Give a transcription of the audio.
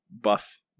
buff